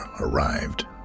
arrived